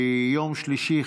יום שלישי,